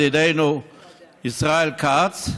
ידידנו ישראל כץ,